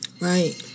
Right